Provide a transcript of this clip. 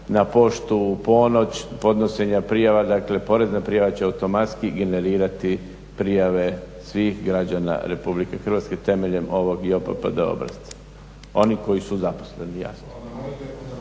na poštu u ponoć, podnošenja prijava, dakle porazne prijave će automatski generirati prijave svih građana RH temeljem ovog JPPD obrasca. Oni koji su zaposleni jasno.